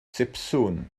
sipsiwn